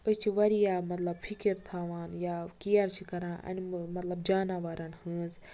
أسۍ چھِ واریاہ مطلب فِکِر تھاوان یا کِیر چھِ کَران اَنمٕل مطلب جاناوارَن ہٕنٛز